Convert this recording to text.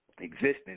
existence